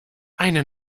eine